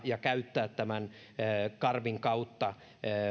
ja käyttämään karvin kautta